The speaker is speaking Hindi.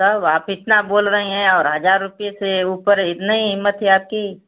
तब आप इतना बोल रही हैं और हजार रूपीए से ऊपर इतने हिम्मत है आपकी